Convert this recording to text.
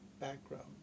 background